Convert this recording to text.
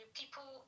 people